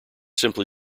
simply